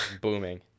booming